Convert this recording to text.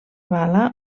bala